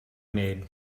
made